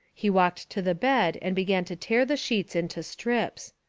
he walked to the bed and began to tear the sheets into strips.